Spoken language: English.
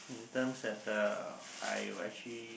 in terms that uh I actually